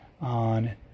on